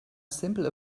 simple